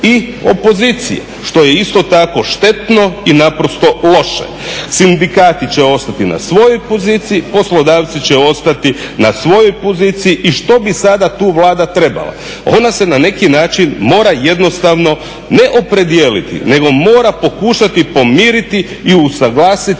i opozicije. Što je isto tako štetno i naprosto loše. Sindikati će ostati na svojoj poziciji, poslodavci će ostati na svojoj poziciji i što bi sada tu Vlada trebala? Ona se na neki način mora jednostavno, ne opredijeliti, nego mora pokušati pomiriti i usuglasiti